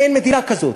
אין מדינה כזאת.